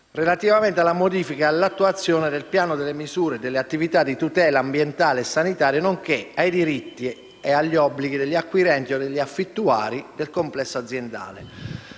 relativamente alla modifica e all'attuazione del piano delle misure e delle attività di tutela ambientale e sanitaria, nonché ai diritti e agli obblighi degli acquirenti o degli affittuari del complesso aziendale.